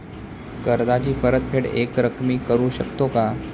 कर्जाची परतफेड एकरकमी करू शकतो का?